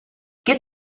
get